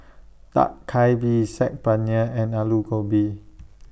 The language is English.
Dak Galbi Saag Paneer and Alu Gobi